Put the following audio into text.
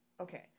Okay